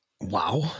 Wow